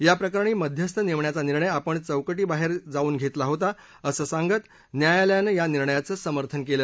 याप्रकरणी मध्यस्थ नेमण्याचा निर्णय आपण चौकटीबाहेर जाऊन घेतला होता असं सांगत न्यायालयानं या निर्णयाचं समर्थन केलं